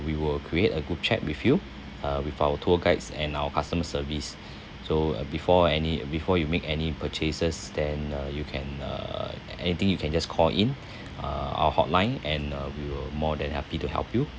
we will create a group chat with you uh with our tour guides and our customer service so uh before any before you make any purchases then uh you can err anything you can just call in uh our hotline and uh we will more than happy to help you